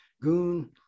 goon